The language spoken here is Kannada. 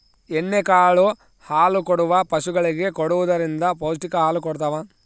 ಎಣ್ಣೆ ಕಾಳು ಹಾಲುಕೊಡುವ ಪಶುಗಳಿಗೆ ಕೊಡುವುದರಿಂದ ಪೌಷ್ಟಿಕ ಹಾಲು ಕೊಡತಾವ